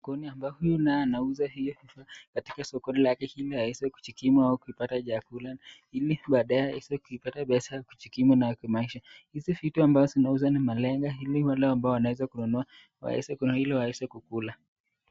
Huku ni ambako huyu naye anauza hiyo katika soko lake ili aweze kujikimu au kuipata chakula ili baadaye aweze kuipata biashara kujikimu nayo kimaisha. Hizi vitu ambazo zinauzwa ni malenge ili wale ambao wanaeza kununua waeze ili waweze kukula.